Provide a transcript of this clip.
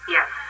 Yes